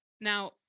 Now